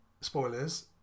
spoilers